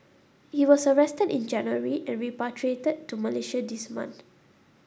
he was arrested in January and repatriated to Malaysia this month